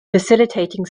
facilitating